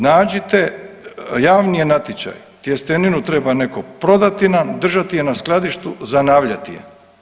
Nađite javni je natječaj, tjesteninu treba netko prodati nam, držati je na skladištu, zanavljati je.